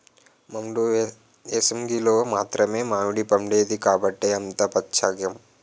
మండు ఏసంగిలో మాత్రమే మావిడిపండేది కాబట్టే అంత పచ్చేకం